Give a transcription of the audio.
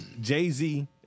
Jay-Z